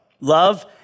love